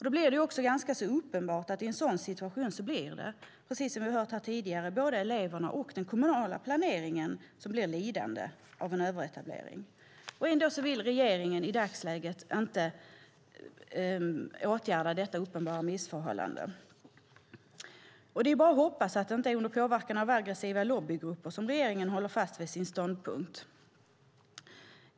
Då är det också ganska uppenbart att i en sådan situation blir, precis som vi har hört här tidigare, både eleverna och den kommunala planeringen lidande av en överetablering. Ändå vill regeringen i dagsläget inte åtgärda detta uppenbara missförhållande. Det är bara att hoppas att det inte är under påverkan av aggressiva lobbygrupper som regeringen håller fast vid sin ståndpunkt.